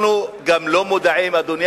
אנחנו גם לא מודעים, אדוני